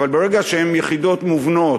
אבל ברגע שהם יחידות מובנות,